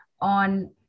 on